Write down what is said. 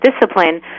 discipline